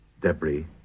debris